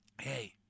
hey